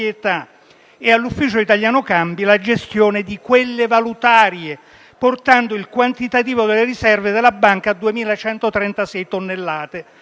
e all'UIC la gestione di quelle valutarie, portando il quantitativo delle riserve della banca a 2.136 tonnellate.